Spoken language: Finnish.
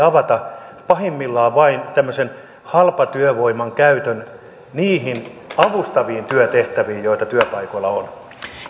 pahimmillaan avata vain tämmöisen halpatyövoiman käytön niihin avustaviin työtehtäviin joita työpaikoilla on